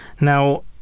Now